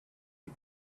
you